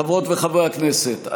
חברות וחברי הכנסת,